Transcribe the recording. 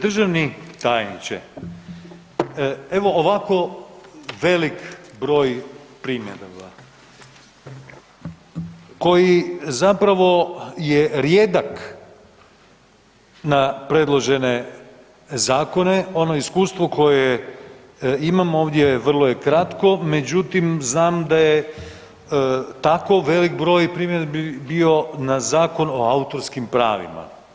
Državni tajniče, evo ovako velik broj primjedaba koji zapravo je rijedak na predložene zakone, ono iskustvo koje imam ovdje vrlo je kratko međutim znam da je tako velik broj primjedbi bio na Zakon o autorskim pravima.